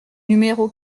numéro